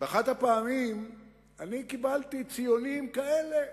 באחת הפעמים אני קיבלתי ציונים כאלה,